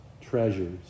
treasures